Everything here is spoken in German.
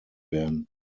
werden